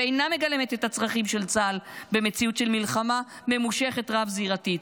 ואינה מגלמת את הצרכים של צה"ל במציאות של מלחמה ממושכת רב-זירתית,